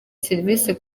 serivisi